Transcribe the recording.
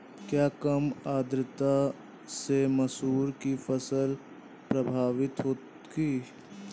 क्या कम आर्द्रता से मसूर की फसल प्रभावित होगी?